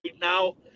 now